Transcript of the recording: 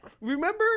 Remember